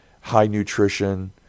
high-nutrition